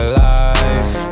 life